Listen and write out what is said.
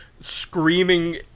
screaming